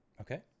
Okay